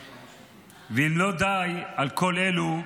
ואם לא די בכך, נוסף על כל אלו,